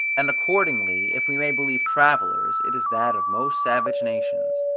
and accordingly if we may believe travellers, it is that of most savage nations.